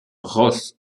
ross